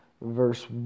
verse